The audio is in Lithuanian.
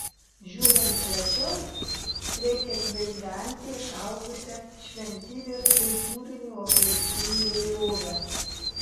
žiūrint plačiau reikia gvildenti išaugusią šventybės kultūrinių apraiškų įvairovę